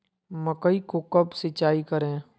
मकई को कब सिंचाई करे?